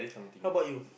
how bout you